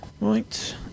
Right